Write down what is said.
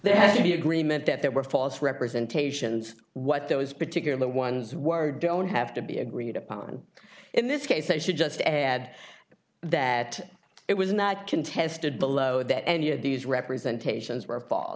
there has to be agreement that there were false representations what those particular ones were don't have to be agreed upon in this case i should just add that it was not contested below that any of these representations were